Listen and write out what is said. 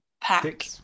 pack